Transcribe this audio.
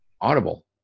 Audible